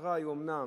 המטרה היא אומנם